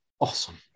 awesome